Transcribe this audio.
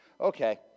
Okay